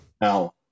Now